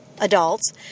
adults